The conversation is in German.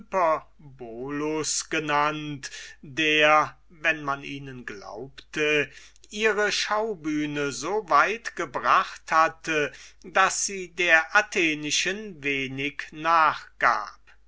genannt der wenn man ihnen glaubte ihre schaubühne so weit gebracht hatte daß sie der atheniensischen wenig nachgab